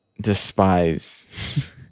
despise